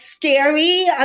Scary